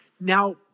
now